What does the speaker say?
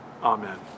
Amen